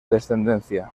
descendencia